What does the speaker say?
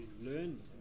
learn